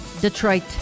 Detroit